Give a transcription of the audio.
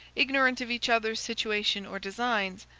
ignorant of each other's situation or designs,